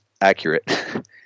accurate